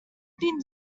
been